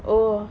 oh